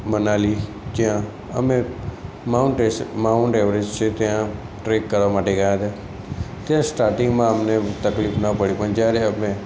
મનાલી જ્યાં અમે માઉન્ટ એસ માઉન્ટ ઍવરેસ્ટ છે ત્યાં ટ્રૅક કરવા માટે ગયા હતા ત્યાં સ્ટાર્ટિંગમાં અમને તકલીફ ના પડી પણ જયારે અમે